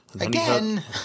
Again